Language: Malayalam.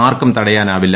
ആർക്കും തടയാനാവില്ല